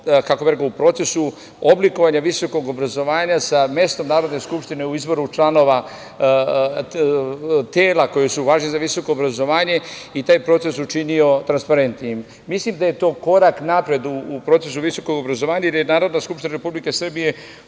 važno mesto u procesu oblikovanja visokog obrazovanja sa mestom Narodne skupštine u izboru članova tela koji su važni za visoko obrazovanje i taj proces učinio transparentnijim. Mislim da je to korak napred u procesu visokog obrazovanja i da je Narodna skupština Republike Srbije